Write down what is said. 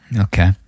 Okay